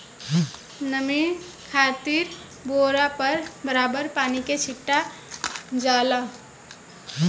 नमी खातिर बोरा पर बराबर पानी के छीटल जाला